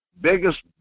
biggest